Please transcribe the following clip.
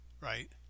right